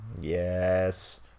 Yes